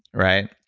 right?